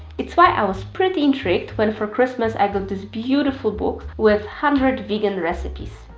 it's why i was pretty intrigued when for christmas i got this beautiful book with hundred vegan recipes.